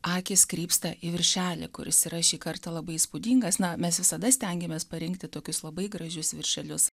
akys krypsta į viršelį kuris yra šį kartą labai įspūdingas na mes visada stengiamės parinkti tokius labai gražius viršelius